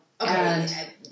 Okay